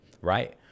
right